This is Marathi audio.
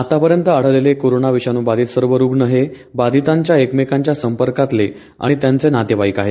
आतापर्यंत आढळलेले कोरोना विषाणू बाधित सर्व रूग्ण हे बाधितांच्या एकमेकांच्या संपर्कातले आणि त्यांचे नातेवाईक आहेत